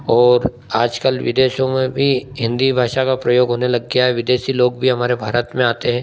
और आज कल विदेशों में भी हिन्दी भाषा का प्रयोग होने लग गया है विदेशी लोग भी हमारे भारत में आते हैं